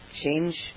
Change